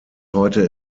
heute